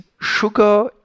sugar